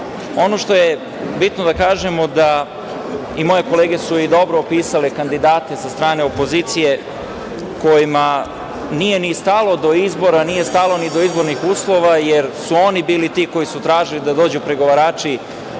što je bitno da kažemo i moje kolege su dobro opisale kandidate sa strane opozicije kojima nije ni stalo do izbora, nije stalo ni do izbornih uslova, jer su oni bili ti koji su tražili da dođu pregovarači